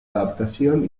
adaptación